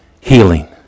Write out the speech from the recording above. healing